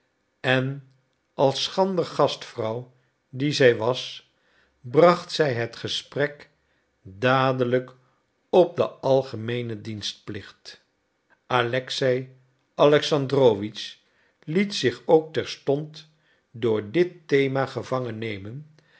en als schrander gastvrouw die zij was bracht zij het gesprek dadelijk op den algemeenen dienstplicht alexei alexandrowitsch liet zich ook terstond door dit thema gevangen nemen